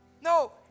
No